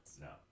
No